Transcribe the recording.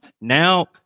Now